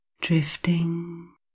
Drifting